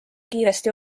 kiiresti